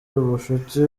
ubucuti